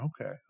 Okay